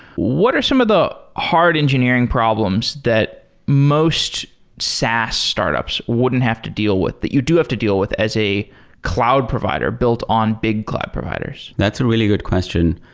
what are some of the hard engineering problems that most saas startups wouldn't have to deal with that you do have to deal with as a cloud provider built on big cloud providers? that's a really good question,